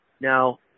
Now